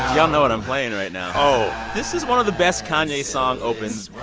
y'all know what i'm playing right now oh this is one of the best kanye song opens,